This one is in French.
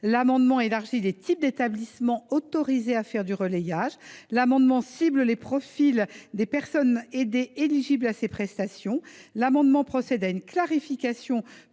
L’amendement vise à élargir les types d’établissements autorisés à faire du relayage, à cibler les profils des personnes aidées éligibles à ces prestations. Il tend à procéder à une clarification